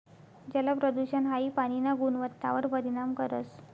जलप्रदूषण हाई पाणीना गुणवत्तावर परिणाम करस